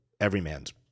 everyman's